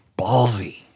ballsy